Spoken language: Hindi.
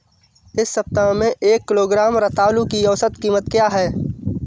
इस सप्ताह में एक किलोग्राम रतालू की औसत कीमत क्या है?